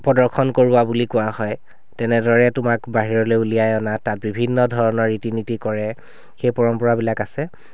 প্ৰদৰ্শন কৰোৱা বুলি কোৱা হয় তেনেদৰে তোমাক বাহিৰলৈ উলিয়াই অনা তাত বিভিন্ন ধৰণৰ ৰীতি নীতি কৰে সেই পৰম্পৰাবিলাক আছে